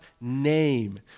name